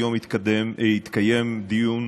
היום התקיים דיון